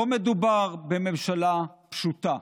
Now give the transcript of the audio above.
לא מדובר בממשלה פשוטה,